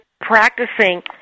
practicing